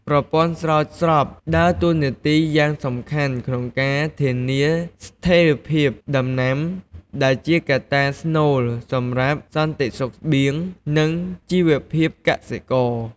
ប្រព័ន្ធស្រោចស្រពដើរតួនាទីយ៉ាងសំខាន់ក្នុងការធានាស្ថេរភាពដំណាំ ដែលជាកត្តាស្នូលសម្រាប់សន្តិសុខស្បៀង និងជីវភាពកសិករ។